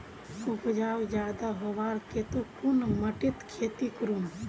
उपजाऊ ज्यादा होबार केते कुन माटित खेती करूम?